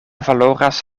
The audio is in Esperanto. valoras